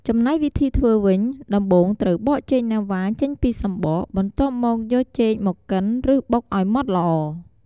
ចំណែកវិធីធ្វើវិញ ដំបូងត្រូវបកចេកណាំវ៉ាចេញពីសំបក បន្ទាប់មកយកចេកមកកិន ឬបុកឱ្យម៉ដ្ឋល្អ។